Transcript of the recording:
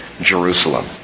Jerusalem